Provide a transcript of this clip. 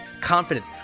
confidence